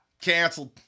Canceled